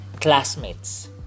classmates